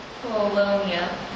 Polonia